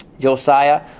Josiah